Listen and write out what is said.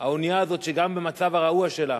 האונייה הזאת, גם במצב הרעוע שלה,